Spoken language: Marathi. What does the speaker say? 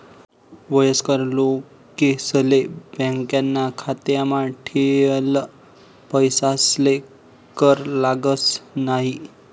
वयस्कर लोकेसले बॅकाना खातामा ठेयेल पैसासले कर लागस न्हयी